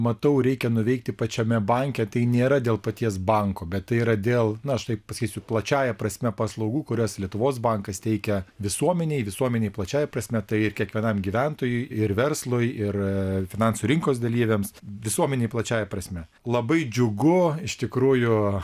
matau reikia nuveikti pačiame banke tai nėra dėl paties banko bet tai yra dėl na aš taip pasakysiu plačiąja prasme paslaugų kurias lietuvos bankas teikia visuomenei visuomenei plačiąja prasme tai kiekvienam gyventojui ir verslui ir finansų rinkos dalyviams visuomenei plačiąja prasme labai džiugu iš tikrųjų